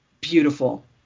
beautiful